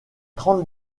trente